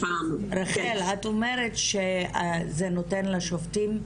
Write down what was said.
את אומרת שזה נותן לשופטים,